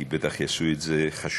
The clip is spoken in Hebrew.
כי בטח יעשו את זה חשובים